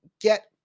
get